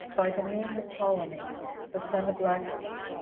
by the means of ptolemy the son of lagus,